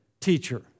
teacher